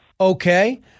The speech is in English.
Okay